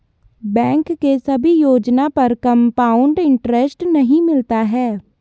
bank के सभी योजना पर कंपाउड इन्टरेस्ट नहीं मिलता है